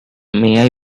may